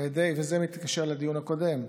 וזה מתקשר לדיון הקודם,